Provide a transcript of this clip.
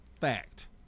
fact